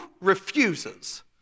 refuses